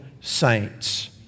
saints